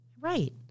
Right